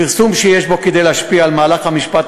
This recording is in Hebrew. פרסום שיש בו כדי להשפיע על מהלך המשפט